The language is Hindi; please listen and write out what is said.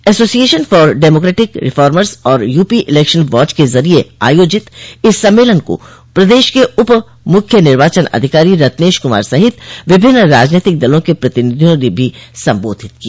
एसोसिएशन फार डेमोक्रेटिक रिफार्म्स और यूपी इलेक्शन वाच के जरिये आयोजित इस सम्मेलन को प्रदेश के उप मुख्य निर्वाचन अधिकारी रत्नेश कुमार सहित विभिन्न राजनैतिक दलों के प्रतिनिधियों ने भी संबाधित किया